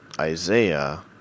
Isaiah